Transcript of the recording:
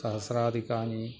सहस्राधिकाः